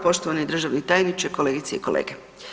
Poštovani državni tajniče, kolegice i kolege.